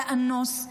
לאנוס,